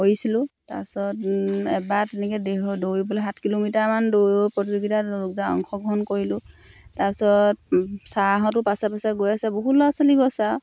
কৰিছিলোঁ তাৰপিছত এবাৰ তেনেকৈ দেহ দৌৰি পেলাই সাত কিলোমিটাৰমান দৌৰ প্ৰতিযোগীতাত অংশগ্ৰহণ কৰিলোঁ তাৰপিছত ছাৰহঁতো পাছে পাছে গৈ আছে বহুত ল'ৰা ছোৱালী গৈছে আৰু